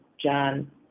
John